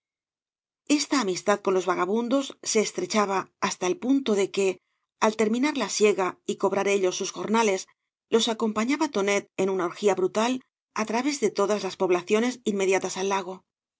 esta amistad con los vagabundos se estrechaba hasta el punto de que al terminar la siega y cobrar ellos sus jornales los acompañaba tonet en una orgía brutal á través de todas las poblacio nes inmediatas al lago